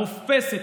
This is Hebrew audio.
הרופסת,